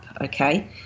Okay